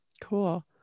Cool